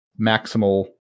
maximal